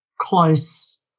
close